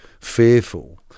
fearful